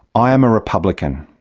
i am a republican.